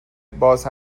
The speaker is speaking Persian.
باز